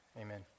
Amen